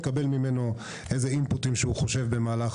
מקבל ממנו איזה אימפוטים שהוא חושב שמהלך